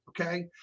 Okay